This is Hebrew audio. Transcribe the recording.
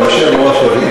אתה צריך לשכנע,